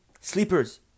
sleepers